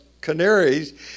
canaries